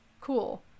Cool